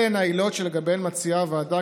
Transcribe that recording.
אלה הן העילות שלגביהן מציעה הוועדה